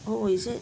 oh is it